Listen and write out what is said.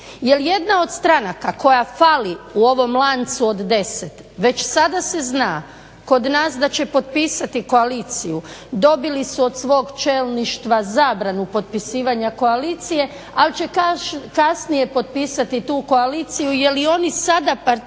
jedna od stranaka koja fali u ovom lancu od 10 već sada se zna kod nas da će potpisati koaliciju. Dobili su od svog čelništva zabranu potpisivanja koalicije, ali će kasnije potpisati tu koaliciju jer i oni sada participiraju